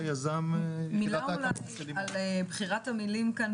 מילה אולי על בחירת המילים כאן